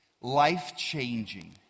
life-changing